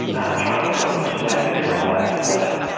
i'm trying to think of a snappy comeback to that